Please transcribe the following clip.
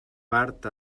part